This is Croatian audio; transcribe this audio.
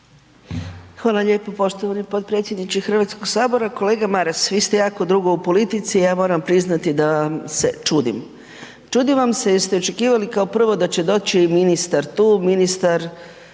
Hvala lijepo poštovani potpredsjedniče HS. Kolega Maras, vi ste jako dugo u politici, ja moram priznati da se čudim. Čudim vam se jer ste očekivali kao prvo da će doći ministar tu, ministar